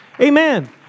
Amen